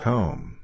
Home